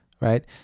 right